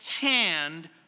hand